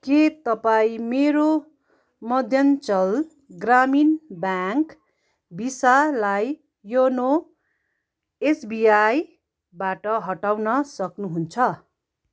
के तपाईँ मेरो मध्याञ्चल ग्रामीण ब्याङ्क भिसालाई योनो एसबिआईबाट हटाउन सक्नुहुन्छ